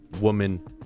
woman